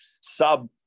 Sub